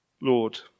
Lord